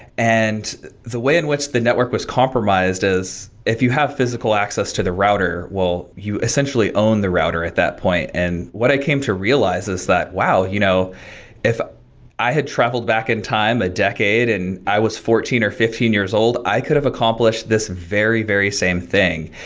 and the way in which the network was compromised is if you have physical access to the router, well you essentially own the router at that point and what i came to realize is that wow, you know if i if i had traveled back in time a decade and i was fourteen, or fifteen years old, i could have accomplished this very, very same thing.